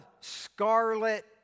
scarlet